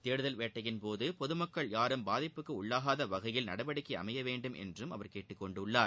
தேடுதல் வேட்டையின் போது பொதுமக்கள் யாரும் பாதிப்புக்கு உள்ளாகாத வகையில் நடவடிக்கை அமைய வேண்டுமென்றும் அவர் கேட்டுக் கொண்டுள்ளார்